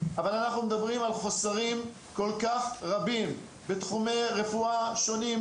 אבל אנחנו מדברים על חסרים כל כך רבים בתחומי רפואה שונים.